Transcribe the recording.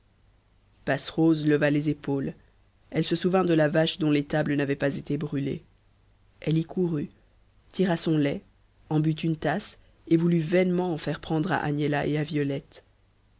passerose leva les épaules elle se souvint de la vache dont l'étable n'avait pas été brûlée elle y courut tira son lait en but une tasse et voulut vainement en faire prendre à agnella et à violette